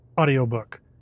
audiobook